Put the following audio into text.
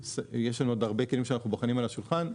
יש לנו עוד הרבה כלים שאנחנו בוחנים על השולחן,